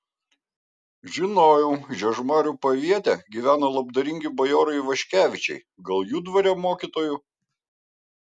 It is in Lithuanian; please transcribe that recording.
žinojau žiežmarių paviete gyvena labdaringi bajorai ivaškevičiai gal jų dvare mokytoju